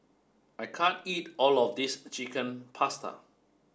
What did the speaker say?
I can't eat all of this Chicken Pasta